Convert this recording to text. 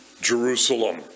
Jerusalem